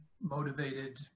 motivated